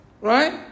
Right